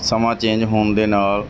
ਸਮਾਂ ਚੇਂਜ ਹੋਣ ਦੇ ਨਾਲ